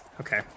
Okay